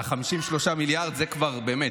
על 53 המיליארדים זה כבר באמת,